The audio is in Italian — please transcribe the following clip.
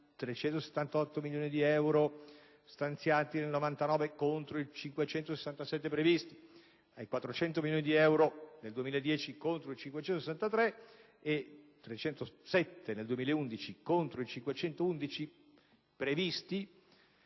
378 milioni di euro stanziati nel 2009 contro i 567 previsti, ai 400 milioni di euro nel 2010 contro i 563 milioni di euro previsti